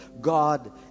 God